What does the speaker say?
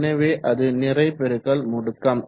எனவே அது நிறை பெருக்கல் முடுக்கம்